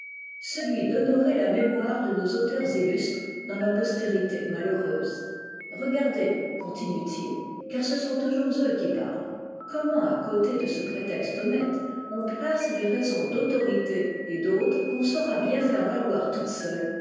celui d'honorer la mémoire de nos auteurs illustres dans leur postérité malheureuse regardez continuent ils car ce sont toujours eux qui parlent comment à côté de ce prétexte honnête on place les raisons d'autorité et d'autres qu'on saura bien faire valoir toutes seules